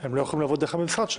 הם רק לא יכולים לעבוד מהמשרד שלהם,